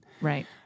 Right